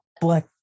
black